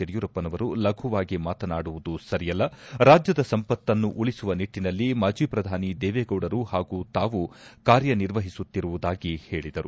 ಯಡಿಯೂರಪ್ಪನವರು ಲಘವಾಗಿ ಮಾತನಾಡುವುದು ಸರಿಯಲ್ಲ ರಾಜ್ಯದ ಸಂಪತ್ತುನ್ನು ಉಳಿಸುವ ನಿಟ್ಟಿನಲ್ಲಿ ಮಾಜಿ ಪ್ರಧಾನಿ ದೇವೆಗೌಡರು ಹಾಗೂ ತಾವು ಕಾರ್ಯನಿರ್ವಹಿಸುತ್ತಿರುವುದಾಗಿ ಹೇಳಿದರು